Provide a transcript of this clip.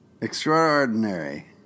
Extraordinary